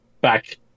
back